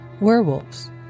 Werewolves